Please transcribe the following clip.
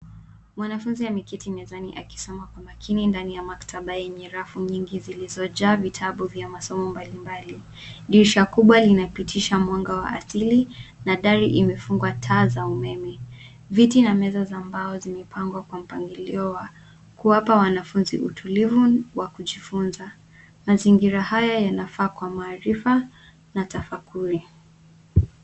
Mwanafunzi ameketi mezani akisoma kwa makini ndani ya maktaba yenye rafu nyingi, zilizojaa vitabu vya masomo mbalimbali. Dirisha kubwa linapitisha mwanga wa asili na dari imefungwa taa za umeme. Viti na meza za mbao zimepangwa kwa mpangilio wa kuwapa wanafunzi utulivu wa kujifunza. Mazingira haya yanafaa kwa maarifa na tafakui.